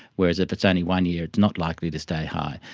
whereas if it's only one year it's not likely to stay high.